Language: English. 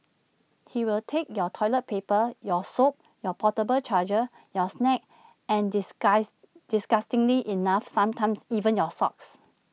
he will take your toilet paper your soap your portable charger your snacks and disguise disgustingly enough sometimes even your socks